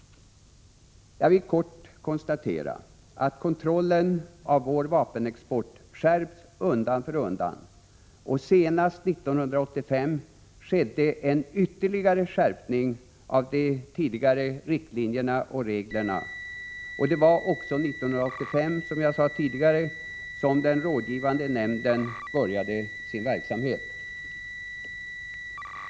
Jag vill kort konstatera att kontrollen av vår vapenexport skärpts undan för undan, och senast 1985 skedde en ytterligare skärpning av de tidigare riktlinjerna och reglerna. Det var också 1985, vilket jag sade tidigare, som den rådgivande nämnden började sin verksamhet.